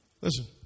Listen